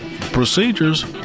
procedures